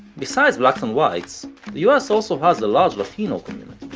besides blacks and whites, the us also has a large latino community,